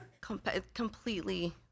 completely